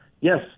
Yes